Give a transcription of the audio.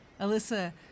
Alyssa